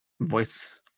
voice